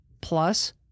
Plus